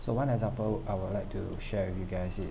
so one example I would like to share with you guys